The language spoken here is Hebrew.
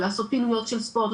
לעשות פעילויות של ספורט,